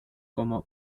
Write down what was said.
como